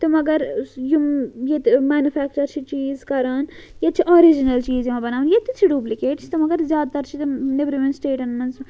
تہٕ مگر یِم ییٚتہِ مینفِیٚکچَر چھِ چیٖز کَران ییٚتہِ چھِ آرِجنَل چیٖز یِوان بَناونہٕ ییٚتہِ چھِ ڈُبلِکیٹٕس تہٕ مگر زیادٕ تَر چھِ تِم نیبرِمَن سِٹیٹَن منٛز